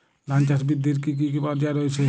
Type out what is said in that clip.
ধান চাষ বৃদ্ধির কী কী পর্যায় রয়েছে?